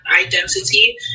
identity